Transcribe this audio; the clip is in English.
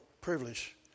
privilege